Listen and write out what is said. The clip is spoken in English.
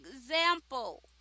example